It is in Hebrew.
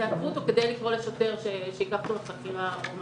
תעצרו אותו כדי לקרוא לשוטר שייקח אותו לחקירה או אם